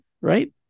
right